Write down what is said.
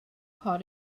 hot